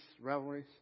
revelries